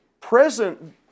present